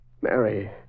Mary